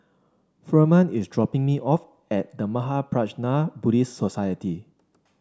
Firman is dropping me off at The Mahaprajna Buddhist Society